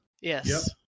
Yes